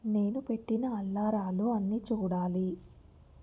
నేను పెట్టిన అలారాలు అన్నీ చూడాలి